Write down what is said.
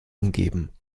umgeben